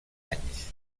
anys